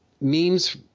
memes